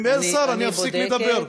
אם אין שר אני אפסיק לדבר.